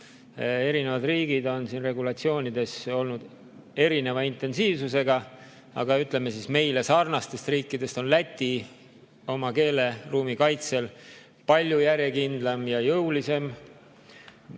Eri riigid on regulatsioonides olnud erineva intensiivsusega, aga ütleme, meile sarnastest riikidest on Läti oma keeleruumi kaitsel palju järjekindlam ja jõulisem.